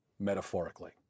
metaphorically